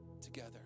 together